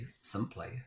simply